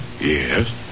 Yes